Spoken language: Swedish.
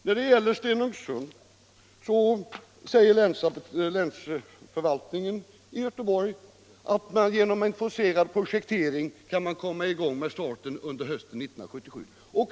När det gäller Stenungsund säger vägförvaltningen i Göteborg att man genom en forcerad projektering kan starta under hösten 1977.